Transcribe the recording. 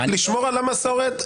לשמור על המסורת.